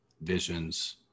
visions